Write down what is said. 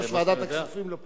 יושב-ראש ועדת הכספים לא פה.